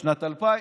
בשנת 2000,